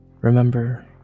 Remember